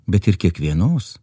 bet ir kiekvienos